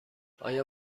آیا